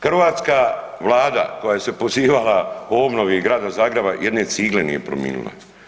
Hrvatska Vlada koja se pozivala o obnovi grada Zagreba, jedne cigle nije promijenila.